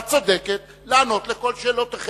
הצודקת, לענות על כל שאלותיכם.